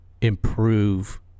improve